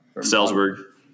Salzburg